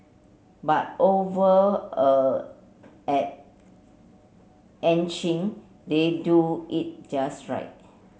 but over a at Ann Chin they do it just right